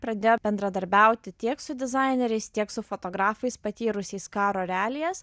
pradėjo bendradarbiauti tiek su dizaineriais tiek su fotografais patyrusiais karo realijas